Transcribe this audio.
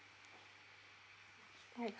mm